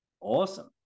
awesome